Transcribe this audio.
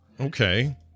Okay